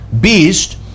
beast